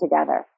together